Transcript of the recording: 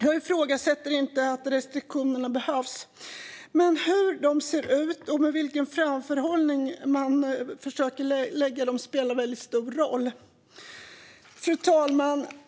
Jag ifrågasätter inte att restriktioner behövs, men hur de ser ut och med vilken framförhållning man inför dem spelar stor roll. Fru talman!